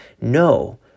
No